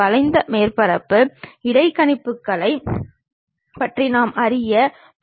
அதன் மேல் பக்க தோற்றத்தை கிடைமட்ட தளத்தில் நாம் பெறலாம்